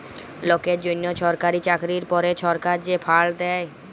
লকের জ্যনহ ছরকারি চাকরির পরে ছরকার যে ফাল্ড দ্যায়